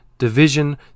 Division